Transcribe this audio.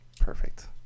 Perfect